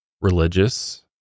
religious